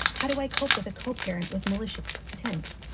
how do i cope with a co-parent with militia tent?